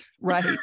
Right